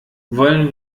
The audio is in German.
wollen